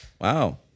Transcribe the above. Wow